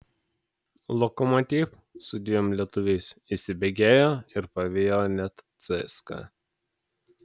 lokomotiv su dviem lietuviais įsibėgėjo ir pavijo net cska